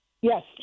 Yes